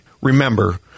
Remember